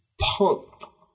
punk